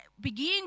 begin